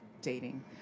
dating